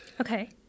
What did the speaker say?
Okay